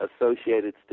associated